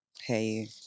Hey